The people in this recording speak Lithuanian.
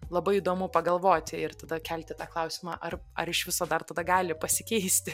labai įdomu pagalvoti ir tada kelti tą klausimą ar ar iš viso dar tada gali pasikeisti